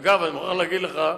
אגב, אני מוכרח להגיד לך,